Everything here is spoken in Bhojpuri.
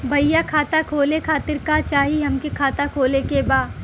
भईया खाता खोले खातिर का चाही हमके खाता खोले के बा?